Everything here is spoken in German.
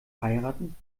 heiraten